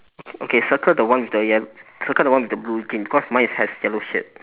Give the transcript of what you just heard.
okay circle the one with the ye~ circle the one with blue jean cause mine is has yellow shirt